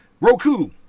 Roku